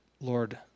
Lord